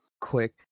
quick